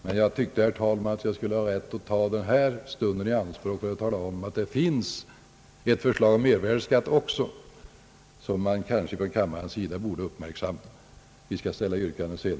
Men jag tyckte, herr talman, att jag skulle ha rätt att ta i anspråk den här stunden för att tala om att det finns också ett förslag om mervärdeskatt, som kammaren kanske borde uppmärksamma. Vi skall senare ställa yrkanden.